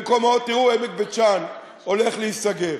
במקומות, תראו, עמק בית-שאן הולך להיסגר.